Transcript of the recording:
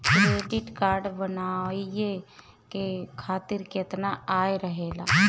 Credit card बनवाए के खातिर केतना आय रहेला?